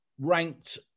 Ranked